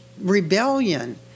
rebellion